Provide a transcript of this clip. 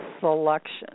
selection